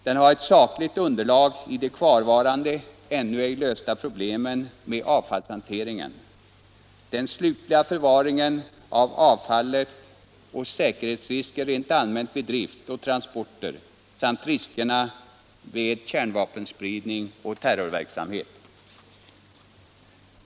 Den har ett sakligt underlag i de kvarvarande, ännu ej lösta problemen med avfallshanteringen, den slutliga förvaringen av avfallet och säkerhetsrisker rent allmänt vid drift och transporter samt riskerna för kärnvapenspridning och terrorverksamhet.